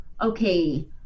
okay